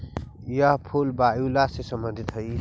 यह फूल वायूला से संबंधित हई